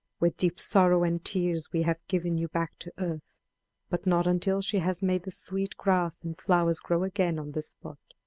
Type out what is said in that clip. with deep sorrow and tears we have given you back to earth but not until she has made the sweet grass and flowers grow again on this spot,